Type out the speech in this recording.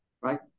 right